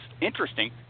interesting